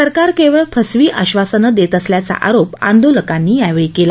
सरकार केवळ फसवी आधासनं देत असल्याचा आरोप आंदोलकांनी यावेळी केला